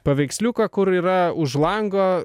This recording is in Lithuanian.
paveiksliuką kur yra už lango